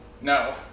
No